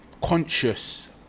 conscious